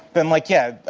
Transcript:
then, like, yeah,